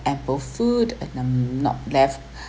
have a food and um not left